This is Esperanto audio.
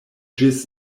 ĝis